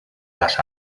las